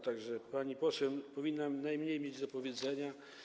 Tak że pani poseł powinna mieć najmniej do powiedzenia.